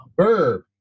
verb